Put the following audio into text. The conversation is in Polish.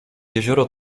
jezioro